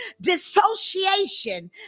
dissociation